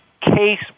case